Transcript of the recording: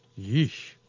yeesh